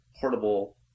portable